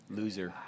loser